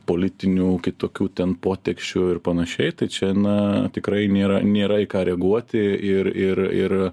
politinių kitokių ten poteksčių ir panašiai tai čia na tikrai nėra nėra į ką reaguoti ir ir ir